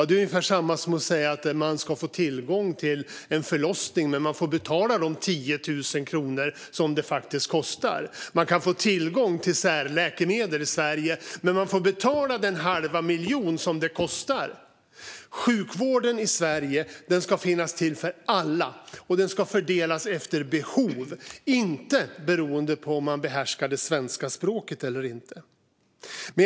Det är ungefär samma som att säga att man ska få tillgång till en förlossning, men man får betala de 10 000 kronor som det faktiskt kostar. Man kan få tillgång till särläkemedel i Sverige, men man får betala den halva miljon som det kostar. Sjukvården i Sverige ska finnas till för alla och fördelas efter behov, inte beroende på om man behärskar det svenska språket eller inte.